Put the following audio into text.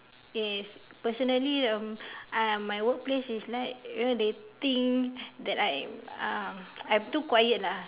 is personally um uh my workplace is like you know they think that I am uh I'm too quiet lah